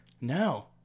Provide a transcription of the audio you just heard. No